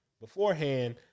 beforehand